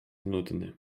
nudny